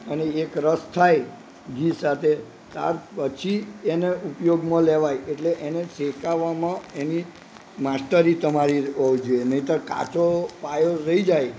અને એક રસ થાય ઘી સાથે ત્યાર પછી એને ઉપયોગમાં લેવાય એટલે એને શેકાવવામાં એની માસ્ટરી તમારી હોવી જોઈએ નહીંતર કાચો પાયો રહી જાય